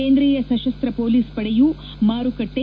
ಕೇಂದ್ರೀಯ ಸಶಸ್ತ ಹೊಲೀಸ್ ಪಡೆಯು ಮಾರುಕಟ್ಟೆ